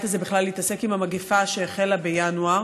הזה בכלל שהתעסקו עם המגפה שהחלה בינואר.